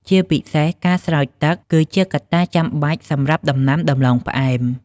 ជាពិសេស ការស្រោចទឹក គឺជាកត្តាចាំបាច់សម្រាប់ដំណាំដំឡូងផ្អែម។